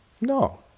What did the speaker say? no